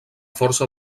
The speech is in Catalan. força